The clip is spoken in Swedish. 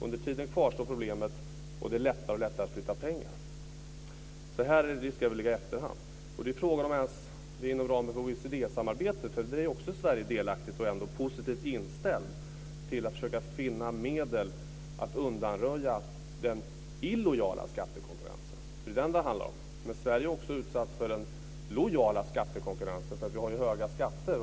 Under tiden kvarstår problemet, och det blir lättare och lättare att flytta pengar. Här finns det risk för att vi ligger i efterhand. Det är frågan om vi inom ramen för OECD samarbetet - det är ju Sverige också delaktigt i och positivt inställd till - kan försöka finna medel att undanröja den illojala skattekonkurrensen. Det är ju den det handlar om. Sverige har ju också utsatts för en lojal skattekonkurrens. Vi har ju höga skatter.